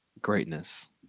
Greatness